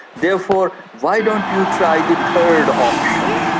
therefore why don't you try the third option.